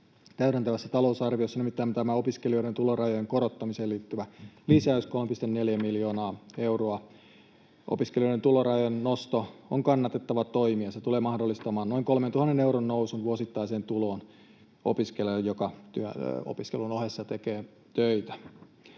täydentävässä talousarviossa, nimittäin tämän opiskelijoiden tulorajojen korottamiseen liittyvän lisäyksen, 3,4 miljoonaa euroa. Opiskelijoiden tulorajojen nosto on kannatettava toimi, ja se tulee mahdollistamaan noin 3 000 euron nousun vuosittaiseen tuloon opiskelijalle, joka opiskelun ohessa tekee töitä.